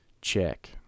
check